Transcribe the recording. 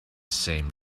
same